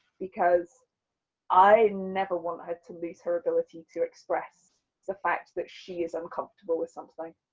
because i never want her to lose her ability to express the fact that she is uncomfortable with something.